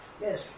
Yes